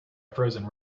frozen